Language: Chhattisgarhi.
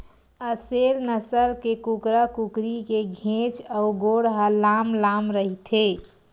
असेल नसल के कुकरा कुकरी के घेंच अउ गोड़ ह लांम लांम रहिथे